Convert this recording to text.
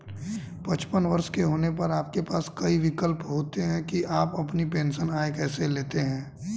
पचपन वर्ष के होने पर आपके पास कई विकल्प होते हैं कि आप अपनी पेंशन आय कैसे लेते हैं